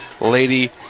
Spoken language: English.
Lady